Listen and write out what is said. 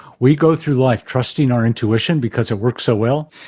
we go through life trusting our intuition because it works so well,